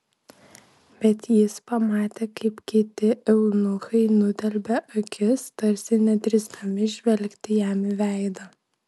bet jis pamatė kaip kiti eunuchai nudelbia akis tarsi nedrįsdami žvelgti jam į veidą